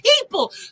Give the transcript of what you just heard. people